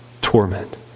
torment